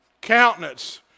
countenance